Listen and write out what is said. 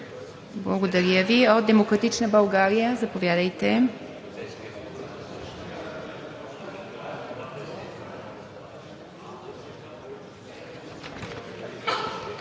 Благодаря Ви. От „Демократична България“ – заповядайте.